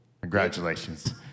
Congratulations